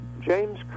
James